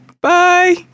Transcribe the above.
Bye